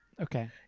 Okay